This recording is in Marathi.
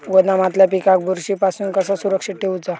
गोदामातल्या पिकाक बुरशी पासून कसा सुरक्षित ठेऊचा?